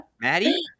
Maddie